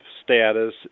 status